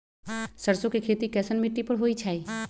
सरसों के खेती कैसन मिट्टी पर होई छाई?